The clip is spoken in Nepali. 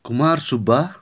कुमार सुब्बा